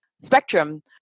spectrum